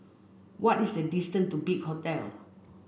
what is the distance to Big Hotel